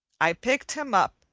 i picked him up,